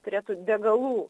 turėtų degalų